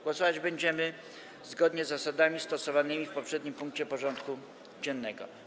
Głosować będziemy zgodnie z zasadami stosowanymi w poprzednim punkcie porządku dziennego.